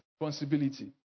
responsibility